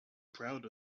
proud